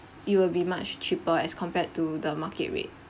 it will be much cheaper as compared to the market rate